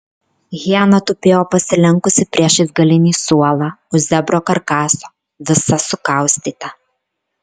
hiena tupėjo pasilenkusi priešais galinį suolą už zebro karkaso visa sukaustyta